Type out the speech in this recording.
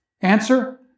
Answer